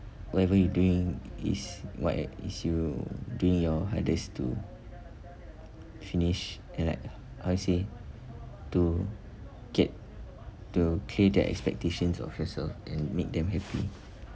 whatever you doing is what a~ is you doing your hardest to finish and like I would say to get to clear their expectations yourself and make them happy